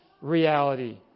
reality